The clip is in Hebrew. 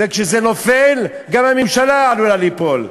כשזה נופל, גם הממשלה עלולה ליפול.